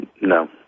No